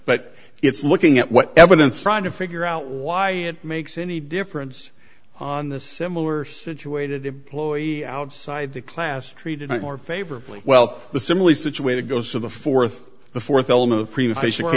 but it's looking at what evidence trying to figure out why it makes any difference on this similar situated employee outside the class treated more favorably well the similarly situated goes to the fourth the fourth